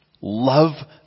Love